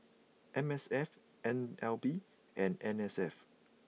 M S F N L B and N S F